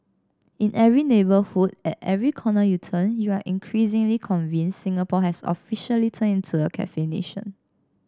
in every neighbourhood at every corner you turn you are increasingly convinced Singapore has officially turned into a cafe nation